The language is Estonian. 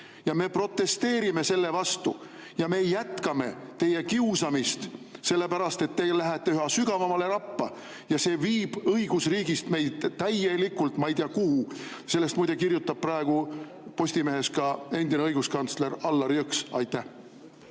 Me protesteerime selle vastu ja jätkame teie kiusamist, sellepärast et te lähete üha sügavamale rappa ja see viib meid õigusriigist täielikult ma ei tea kuhu. Sellest, muide, kirjutab praegu Postimehes ka endine õiguskantsler Allar Jõks. Jaa.